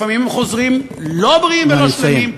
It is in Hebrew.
לפעמים הם חוזרים לא בריאים ולא שלמים,